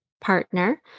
partner